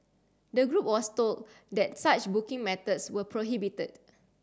the group was told that such booking methods were prohibited